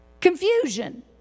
Confusion